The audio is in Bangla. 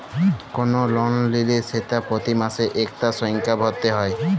কল লল লিলে সেট পতি মাসে ইকটা সংখ্যা ভ্যইরতে হ্যয়